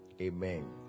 amen